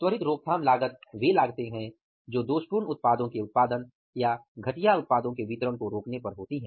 त्वरित रोकथाम लागत वे लागतें हैं जो दोषपूर्ण उत्पादों के उत्पादन या घटिया उत्पादों के वितरण को रोकने पर होती हैं